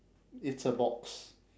it's a box